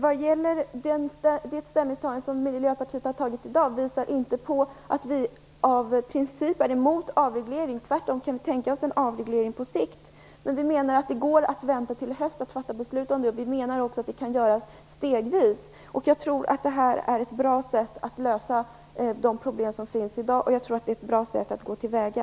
Vad gäller det ställningstagande som Miljöpartiet har gjort i dag innebär det inte att vi är emot avreglering. Vi kan tvärtom tänka oss en avreglering på sikt. Vi menar att det går att vänta till hösten att fatta beslut om det, och vi menar också att det går att göra stegvis. Vi tror att det är ett bra sätt att lösa de problem som finns i dag, och jag tror att det är ett bra sätt att gå till väga.